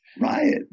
riot